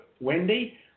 Wendy